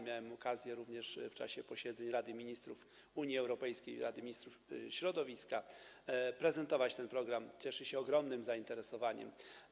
Miałem okazję również w czasie posiedzeń Rady Ministrów Unii Europejskiej i Rady Ministrów Środowiska prezentować ten program, cieszy się on ogromnym zainteresowaniem.